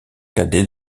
cadet